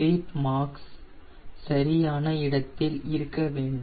கிரீப்மார்க்ஸ் சரியான இடத்தில் இருக்க வேண்டும்